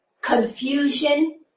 confusion